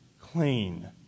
clean